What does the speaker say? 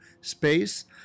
space